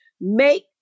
make